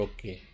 Okay